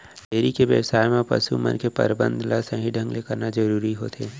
dairy के बेवसाय म पसु मन के परबंध ल सही ढंग ले करना जरूरी होथे